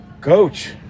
coach